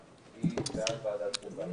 הקואליציה, היא בעד ועדת חוקה.